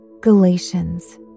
galatians